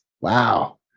wow